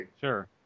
Sure